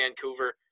Vancouver